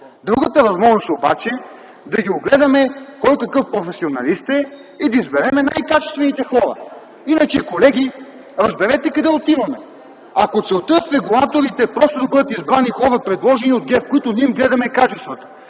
Другата възможност обаче е да огледаме кой какъв професионалист е и да изберем най-качествените хора. Иначе, колеги, разберете къде отиваме. Ако целта е в регулаторите просто да бъдат избрани хора, предложени от ГЕРБ, на които не им гледаме качествата,